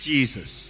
Jesus